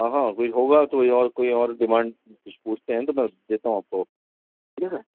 ہاں ہاں کوئی ہوگا تو یہ اور کوئی اور ڈیمانڈ کچھ پوچھتے ہیں تو میں دیتا ہوں آپ کو ٹھیک ہے سر